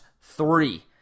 three